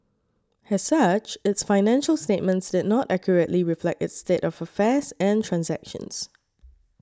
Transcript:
as such its financial statements did not accurately reflect its state of affairs and transactions